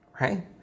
right